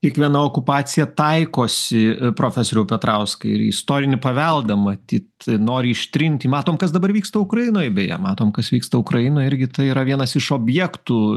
kiekviena okupacija taikosi profesoriau petrauskai ir į istorinį paveldą matyt nori ištrinti matom kas dabar vyksta ukrainoj beje matom kas vyksta ukrainoj irgi tai yra vienas iš objektų